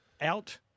out